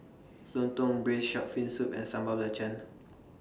Lontong Braised Shark Fin Soup and Sambal Belacan